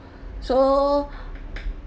so